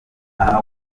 aha